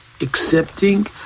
accepting